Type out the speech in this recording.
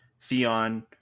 Theon